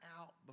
out